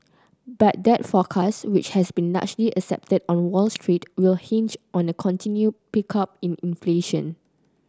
but that forecast which has been largely accepted on Wall Street will hinge on a continued pickup in inflation